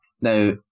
Now